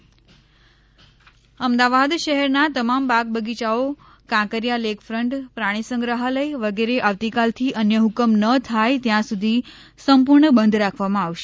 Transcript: અમદાવાદ બાગ બગીચા અમદાવાદ શહેરના તમામ બાગ બગિયાઓ કાંકરીયાલેકફ્રન્ટ પ્રાણી સંગ્રહાલય વગેરે આવતીકાલથી અન્ય હકમ ન થાય ત્યાં સુધી સંપૂર્ણ બંધ રાખવામાં આવશે